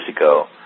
ago